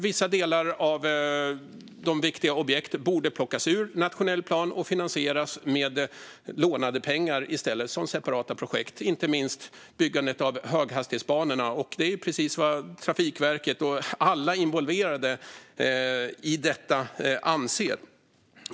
Vissa delar av viktiga objekt borde plockas ur nationell plan och i stället finansieras med lånade pengar som separata projekt, inte minst byggandet av höghastighetsbanorna. Det är ju precis vad Trafikverket och alla involverade i detta anser.